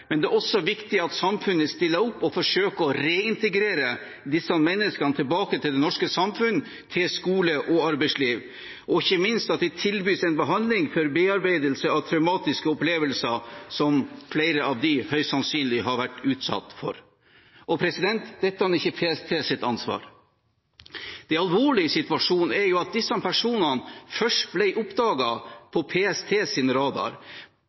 men det er også viktig at samfunnet stiller opp og forsøker å reintegrere disse menneskene i det norske samfunnet, til skole og arbeidsliv. Ikke minst må de tilbys en behandling for bearbeidelse av traumatiske opplevelser – som flere av dem høyst sannsynlig har vært utsatt for. Dette er ikke PSTs ansvar. Det alvorlige i situasjonen er at disse personene først ble oppdaget på PSTs radar.